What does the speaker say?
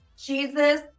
Jesus